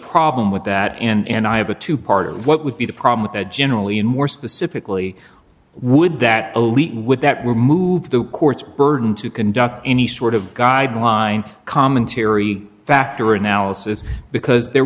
problem with that and i have a two parter what would be the problem with that generally and more specifically would that elite would that we move the court's burden to conduct any sort of guideline commentary factor analysis because there